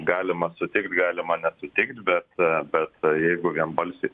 galima sutikt galima nesutikt bet bet jeigu vienbalsiai